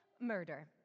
murder